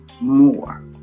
more